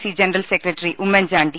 C general secretary Oommen Chandy